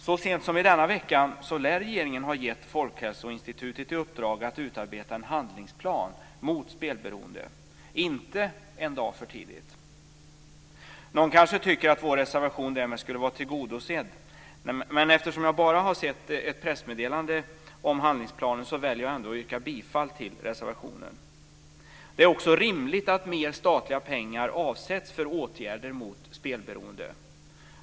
Så sent som i denna vecka lär regeringen ha gett Folkhälsoinstitutet i uppdrag att utarbeta en handlingsplan mot spelberoende. Det var inte en dag för tidigt! Någon kanske tycker att vår reservation därmed skulle vara tillgodosedd, men eftersom jag bara har sett ett pressmeddelande om handlingsplanen så väljer jag ändå att yrka bifall till reservationen. Det är också rimligt att mer statliga pengar avsätts för åtgärder mot spelberoende.